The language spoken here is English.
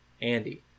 Andy